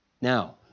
Now